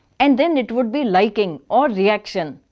and then it would be liking or reaction.